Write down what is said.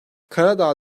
karadağ